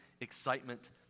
excitement